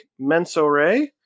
Mensore